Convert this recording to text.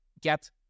get